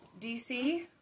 DC